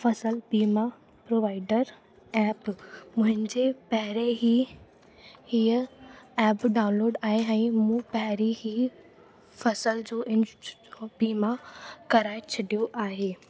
फसल बीमा provider app मुंहिंजे पहिरें ई हीअ ऐप डाउनलोड आहे ऐं मूं पहिरीं ई फसल जो इंश बीमा कराए छॾियो आहे